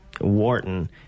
Wharton